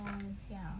um ya